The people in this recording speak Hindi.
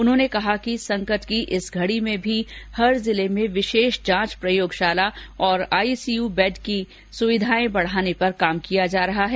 उन्होंने कहा कि संकट के इस दौर में भी हर जिले में विशेष जांच प्रयोगशाला और आईसीयू बेड की सुविधाएं बढ़ाने पर काम किया जा रहा है